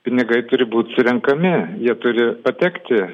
pinigai turi būt surenkami jie turi patekti